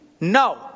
no